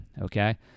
Okay